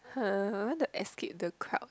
uh I want to escape the crowds